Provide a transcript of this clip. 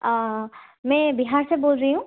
মে বিহাৰচে ব'ল ৰহি হুঁ